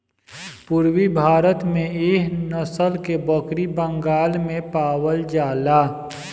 पूरबी भारत में एह नसल के बकरी बंगाल में पावल जाला